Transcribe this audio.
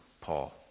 Paul